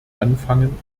anfangen